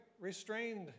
restrained